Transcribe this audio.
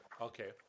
okay